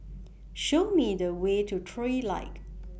Show Me The Way to Trilight